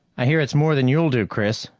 i hear it's more than you'll do, chris.